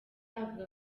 avuga